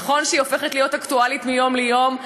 נכון שהיא הופכת להיות אקטואלית מיום ליום.